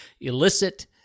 illicit